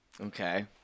Okay